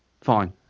fine